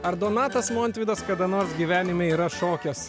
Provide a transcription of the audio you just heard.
ar donatas montvydas kada nors gyvenime yra šokęs